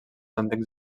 antics